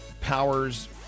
Powers